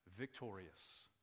victorious